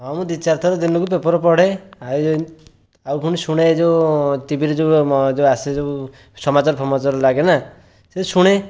ହଁ ମୁ ଦିଚାରିଥର ଦିନକୁ ପେପର ପଢ଼େ ଆଉ ପୁଣି ଶୁଣେ ଯେଉଁ ଟିଭିରେ ଯେଉଁ ଆସେ ଯେଉଁ ସମାଚାର ଫମାଚାର ଲାଗେ ନା ସେ ଶୁଣେ